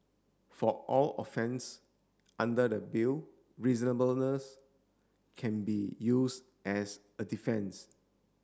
for all offence under the Bill reasonableness can be use as a defence